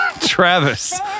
travis